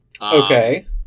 Okay